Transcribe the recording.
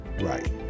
right